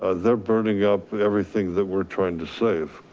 ah they're burning up everything that we're trying to save.